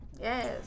Yes